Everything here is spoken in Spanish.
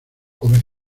come